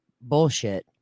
bullshit